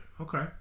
Okay